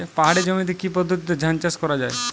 পাহাড়ী জমিতে কি পদ্ধতিতে ধান চাষ করা যায়?